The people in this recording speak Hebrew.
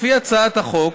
לפי הצעת החוק,